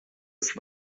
ist